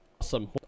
Awesome